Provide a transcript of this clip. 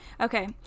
Okay